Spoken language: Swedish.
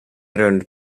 rund